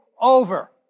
over